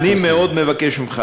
אני מאוד מבקש ממך,